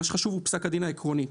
מה שחשוב הוא פסק הדין העקרוני.